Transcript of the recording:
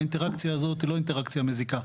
האינטראקציה הזאת היא לא אינטראקציה מזיקה.